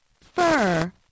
fur